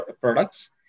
products